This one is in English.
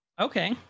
Okay